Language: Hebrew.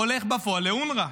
הולך בפועל לאונר"א.